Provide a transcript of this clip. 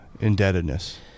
indebtedness